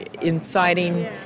inciting